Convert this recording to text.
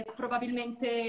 probabilmente